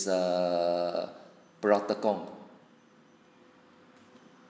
the pulau tekong